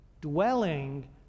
dwelling